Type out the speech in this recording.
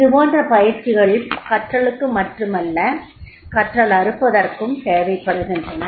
இதுபோன்ற பயிற்சிகள் கற்றலுக்கு மட்டுமல்ல கற்றலறுப்பதற்கும் தேவைப்படுகின்றன